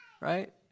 Right